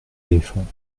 éléphants